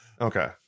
Okay